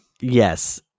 Yes